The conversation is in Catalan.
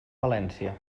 valència